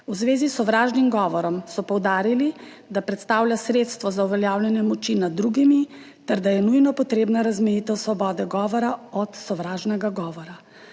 V zvezi s sovražnim govorom so poudarili, da predstavlja sredstvo za uveljavljanje moči nad drugimi ter da je nujno potrebna razmejitev svobode govora od sovražnega govora.